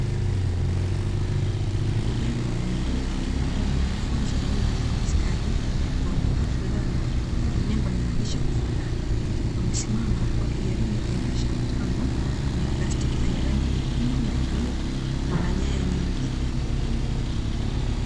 Vijana wawili ambao ni wanafunzi wa elimu ya ufundi stadi na wamevaa fulana zenye nembo na maandishi ya kufanana, wamesimama huku wakijaribu kuendesha mtambo wenye plastiki zenye rangi nyekundu na kijivu na una nyaya nyingi.